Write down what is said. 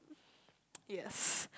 yes